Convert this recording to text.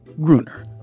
Gruner